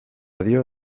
dio